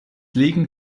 liegen